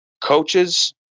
coaches